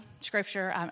scripture